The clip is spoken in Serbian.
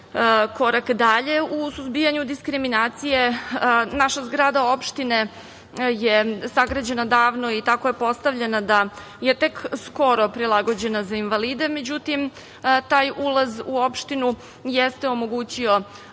korak dalje u suzbijanju diskriminacije. Naša zgrada opštine je sagrađena davno i tako je postavljena da je tek skoro prilagođena za invalide, međutim, taj ulaz u opštinu jeste omogućio